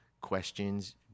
questions